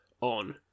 on